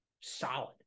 solid